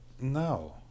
no